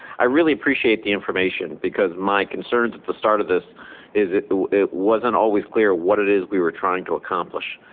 i really appreciate the information because my concerns at the start of this is it it wasn't always clear what it is we were trying to accomplish.